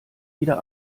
wieder